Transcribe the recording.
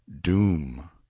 Doom